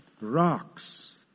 Rocks